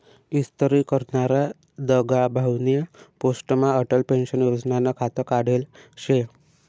इस्तरी करनारा दगाभाउनी पोस्टमा अटल पेंशन योजनानं खातं काढेल शे